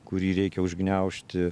kurį reikia užgniaužti